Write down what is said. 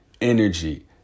energy